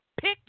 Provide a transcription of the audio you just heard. pick